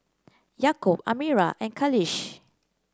Yaakob Amirah and Khalish